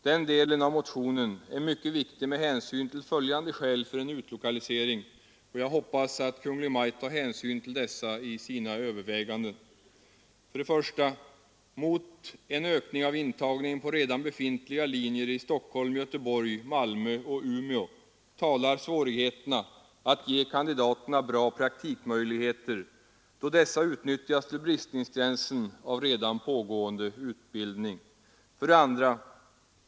Den delen av motionen är mycket viktig med hänsyn till följande skäl för en utlokalisering, och jag hoppas att Kungl. Maj:t tar hänsyn till dessa i sina överväganden: 1. Mot en ökning av intagningen på redan befintliga linjer i Stockholm, Göteborg, Malmö och Umeå talar svårigheterna att ge kandidaterna bra praktikmöjligheter, då dessa utnyttjas till bristningsgränsen av redan pågående utbildning. 2.